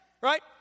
Right